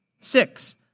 Six